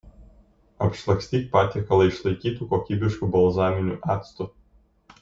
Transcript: apšlakstyk patiekalą išlaikytu kokybišku balzaminiu actu